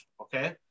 Okay